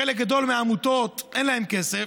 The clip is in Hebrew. חלק גדול מהעמותות, אין להן כסף.